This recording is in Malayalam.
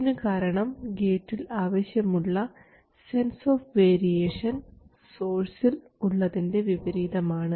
ഇതിന് കാരണം ഗേറ്റിൽ ആവശ്യമുള്ള സെൻസ് ഓഫ് വേരിയേഷൻ സോഴ്സിൽ ഉള്ളതിൻറെ വിപരീതമാണ്